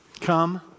Come